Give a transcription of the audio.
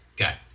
Okay